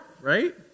right